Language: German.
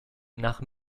nach